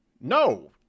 No